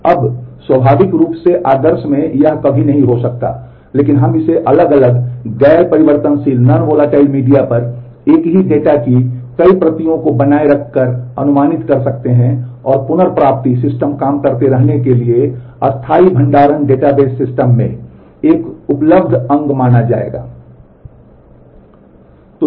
अब स्वाभाविक रूप से आदर्श में यह कभी नहीं हो सकता है लेकिन हम इसे अलग अलग गैर परिवर्तनशील मीडिया पर एक ही डेटा की कई प्रतियों को बनाए रखकर अनुमानित कर सकते हैं और पुनर्प्राप्ति सिस्टम काम करते रहने के लिए स्थायी भंडारण डेटाबेस सिस्टम में एक उपलब्ध अंग माना जाएगा